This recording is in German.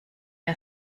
der